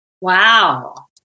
Wow